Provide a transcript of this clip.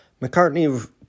McCartney